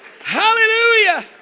Hallelujah